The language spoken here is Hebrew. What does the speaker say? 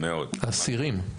אסירים?